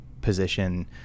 position